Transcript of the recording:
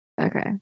Okay